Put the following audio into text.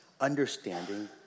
understanding